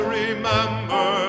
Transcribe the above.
remember